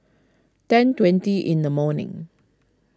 ten twenty in the morning